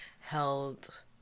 held